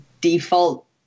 default